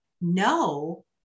no